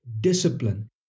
discipline